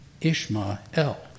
Ishmael